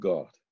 God